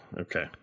okay